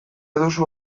duzu